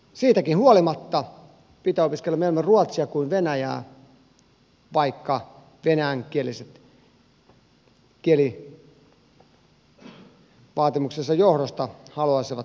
siitäkin huolimatta pitää opiskella mieluummin ruotsia kuin venäjää vaikka venäjänkieliset kielivaatimuksensa johdosta haluaisivat palvelua omalla kielellään